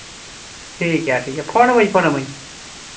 ᱴᱷᱤᱠ ᱜᱮᱭᱟ ᱴᱷᱤᱠ ᱜᱮᱭᱟ ᱯᱷᱳᱱᱟᱢᱟᱧ ᱯᱷᱳᱱᱟᱢᱟᱧ